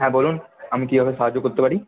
হ্যাঁ বলুন আমি কীভাবে সাহায্য করতে পারি